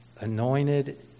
anointed